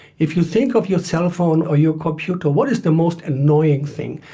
if you think of your cell phone or your computer, what is the most annoying thing?